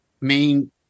main